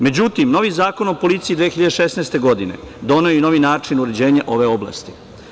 Međutim novi Zakon o policiji, 2016. godine doneo je i nov način uređenja ove oblasti.